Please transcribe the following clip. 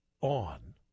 on